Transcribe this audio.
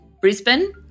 Brisbane